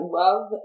love